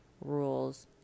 rules